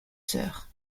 sœur